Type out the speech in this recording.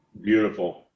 Beautiful